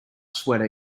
sweater